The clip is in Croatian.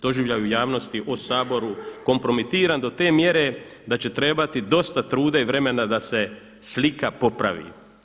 Doživljaj u javnosti o Saboru kompromitiran do te mjere da će trebati dosta truda i vremena da se slika popravi.